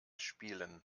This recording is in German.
spielen